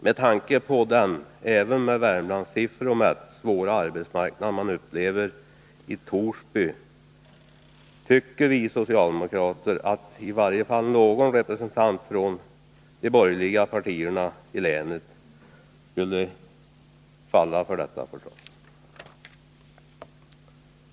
Med tanke på den även med Värmlandssiffror mätt svåra situationen på arbetsmarknaden i Torsby tycker vi socialdemokrater att i varje fall någon representant från de borgerliga partierna i länet borde rösta för detta förslag.